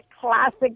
classic